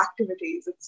activities